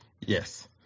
Yes